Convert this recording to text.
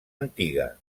antiga